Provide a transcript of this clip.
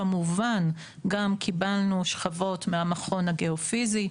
כמובן גם קיבלנו שכבות מהמכון הגיאופיזי.